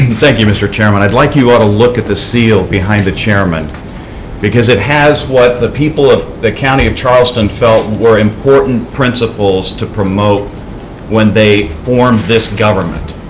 thank you, mr. chairman. i would like you all to look at the seal behind the chairman because it has what the people of the county of charleston felt were important principles to promote when they formed this government.